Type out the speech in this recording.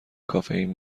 کافئین